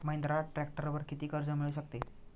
महिंद्राच्या ट्रॅक्टरवर किती कर्ज मिळू शकते?